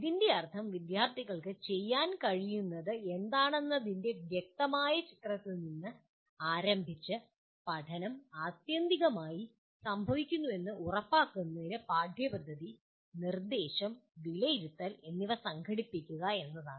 ഇതിൻ്റെ അർത്ഥം വിദ്യാർത്ഥികൾക്ക് ചെയ്യാൻ കഴിയുന്നത് എന്താണെന്നതിൻ്റെ വ്യക്തമായ ചിത്രത്തിൽ നിന്ന് ആരംഭിച്ച് ഈ പഠനം ആത്യന്തികമായി സംഭവിക്കുന്നുവെന്ന് ഉറപ്പാക്കുന്നതിന് പാഠ്യപദ്ധതി നിർദ്ദേശം വിലയിരുത്തൽ എന്നിവ സംഘടിപ്പിക്കുക എന്നതാണ്